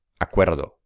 Acuerdo